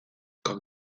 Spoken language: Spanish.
con